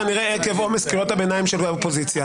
כנראה עקב עומס קריאות הביניים של האופוזיציה...